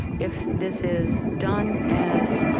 if this is done as,